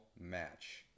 match